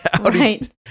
Right